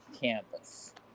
campus